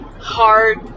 hard